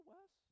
Wes